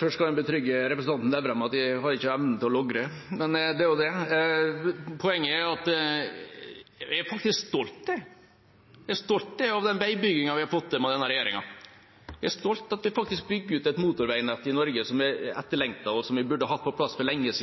Først kan jeg betrygge representanten Nævra om at jeg ikke har evnen til å logre – men det er nå det. Poenget er at jeg faktisk er stolt. Jeg er stolt av den veibyggingen vi har fått til med denne regjeringa. Jeg er stolt av at vi faktisk bygger ut et motorveinett i Norge som er etterlengtet, og som vi burde hatt på plass for lenge